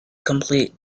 complete